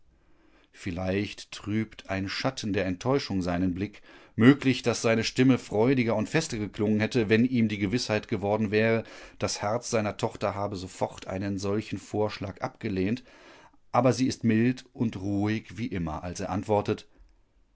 vielleicht trübt ein schatten der enttäuschung seinen blick möglich daß seine stimme freudiger und fester geklungen hätte wenn ihm die gewißheit geworden wäre das herz seiner tochter habe sofort einen solchen vorschlag abgelehnt aber sie ist mild und ruhig wie immer als er antwortet